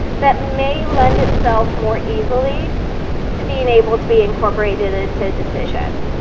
that may lend itself more easily to being able to be incorporated into a decision.